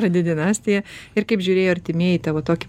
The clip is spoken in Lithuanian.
pradedi dinastiją ir kaip žiūrėjo artimieji tavo tokį